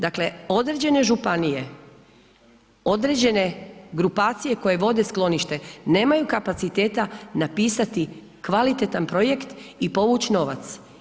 Dakle određene županije, određene grupacije koje vode sklonište nemaju kapaciteta napisati kvalitetan projekt i povuć novac.